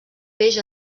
peix